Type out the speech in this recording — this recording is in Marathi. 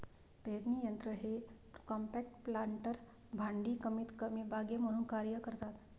पेरणी यंत्र हे कॉम्पॅक्ट प्लांटर भांडी कमीतकमी बागे म्हणून कार्य करतात